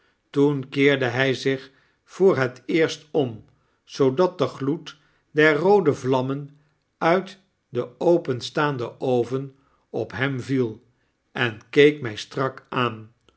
toen keerde hij zich voor het eerst om zoodat de gloed der'roode vlammen uit den openstaanden oven op hem viel en keek mij strak aan